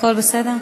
הכול בסדר.